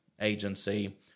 agency